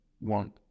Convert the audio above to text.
want